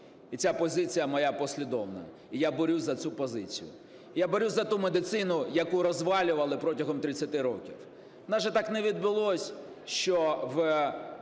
І ця позиція моя послідовна, і я борюся за цю позицію. Я борюся за ту медицину, яку розвалювали протягом 30 років. У нас так не відбулося, що у